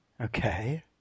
Okay